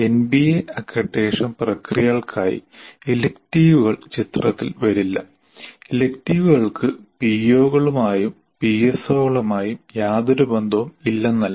NBA accreditation പ്രക്രിയകൾക്കായി ഇലക്റ്റീവുകൾ ചിത്രത്തിൽ വരില്ല ഇലക്റ്റീവുകൾക്ക് പിഒകളുമായും പിഎസ്ഒകളുമായും യാതൊരു ബന്ധവുമില്ലെന്നല്ല